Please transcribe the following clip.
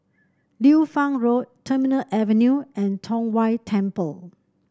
Liu Fang Road Terminal Avenue and Tong Whye Temple